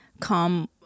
come